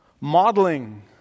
modeling